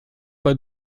pas